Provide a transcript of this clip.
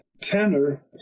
tenor